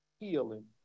Healing